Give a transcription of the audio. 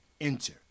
Enter